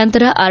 ನಂತರ ಆರ್